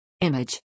Image